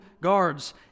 guards